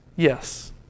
Yes